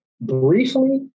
briefly